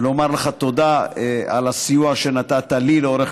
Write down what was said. לומר לך תודה על הסיוע שנתת לי לאורך